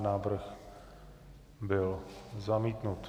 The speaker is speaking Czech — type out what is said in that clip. Návrh byl zamítnut.